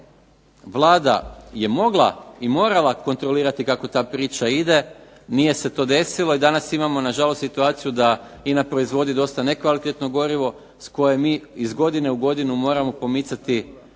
godina Vlada je mogla i morala kontrolirati kako ta priča ide, nije se to desilo i danas imamo situaciju da INA proizvodi dosta nekvalitetno gorivo koje mi iz godine u godinu moramo pomicati